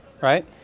right